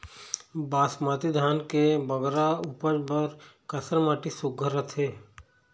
बासमती धान के बगरा उपज बर कैसन माटी सुघ्घर रथे?